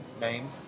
name